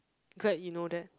glad you know that